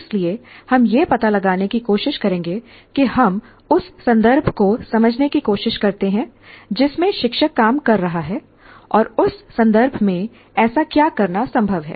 इसलिए हम यह पता लगाने की कोशिश करेंगे कि हम उस संदर्भ को समझने की कोशिश करते हैं जिसमें शिक्षक काम कर रहा है और उस संदर्भ में ऐसा क्या करना संभव है